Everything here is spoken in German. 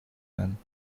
werden